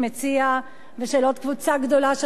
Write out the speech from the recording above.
ושל עוד קבוצה גדולה של חברי כנסת.